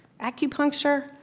acupuncture